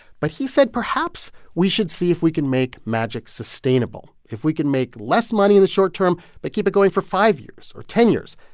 but he said, perhaps, we should see if we can make magic sustainable if we can make less money in the short term but keep it going for five years or ten years.